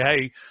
hey